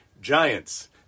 Giants